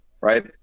right